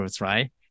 right